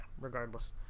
regardless